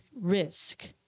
risk